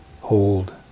hold